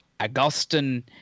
Augustin